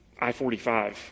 I-45